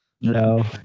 No